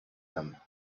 him